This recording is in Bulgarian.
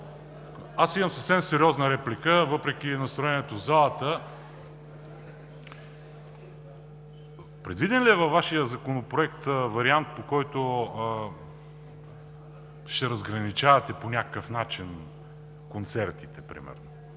Аз имам съвсем сериозна реплика, въпреки настроението в залата. Предвиден ли е във Вашия законопроект вариант, по който ще разграничавате по някакъв начин концертите примерно?